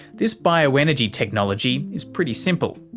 this bioenergy technology is pretty simple,